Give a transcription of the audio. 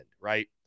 right